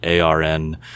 ARN